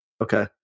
Okay